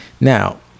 Now